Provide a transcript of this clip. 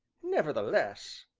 nevertheless,